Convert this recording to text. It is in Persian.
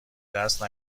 دست